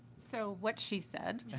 so what she said.